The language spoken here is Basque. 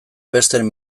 besteen